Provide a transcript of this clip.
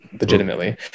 legitimately